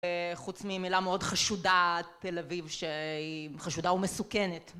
חוץ ממילה מאוד חשודה תל אביב שהיא חשודה ומסוכנת